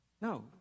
No